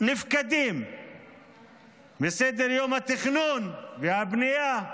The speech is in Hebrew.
נפקדים מסדר-יום התכנון והבנייה.